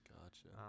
Gotcha